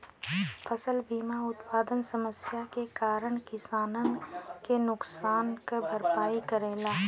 फसल बीमा उत्पादन समस्या के कारन किसानन के नुकसान क भरपाई करेला